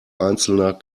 einzelner